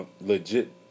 legit